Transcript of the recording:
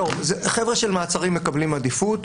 חבר'ה של מעצרים מקבלים עדיפות,